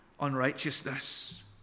unrighteousness